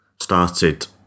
started